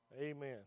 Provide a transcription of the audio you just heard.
Amen